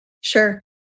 Sure